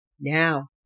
Now